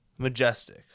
Majestics